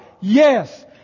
Yes